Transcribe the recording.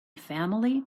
family